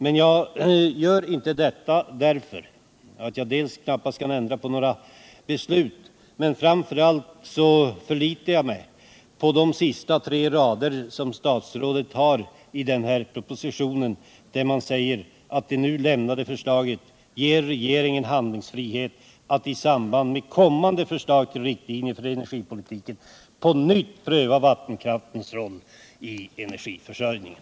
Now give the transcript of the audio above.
Men jag gör inte det — dels kan jag knappast ändra på några beslut, dels och framför allt förlitar jag mig på de tre sista raderna i departementschefens uttalande i propositionen: ”Det nu lämnade förslaget ger regeringen handlingsfrihet att i samband med kommande förslag till riktlinjer för energipolitiken på nytt pröva vattenkraftens roll i energiförsörjningen.”